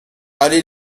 allez